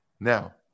Now